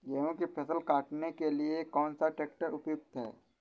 गेहूँ की फसल काटने के लिए कौन सा ट्रैक्टर उपयुक्त है?